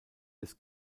des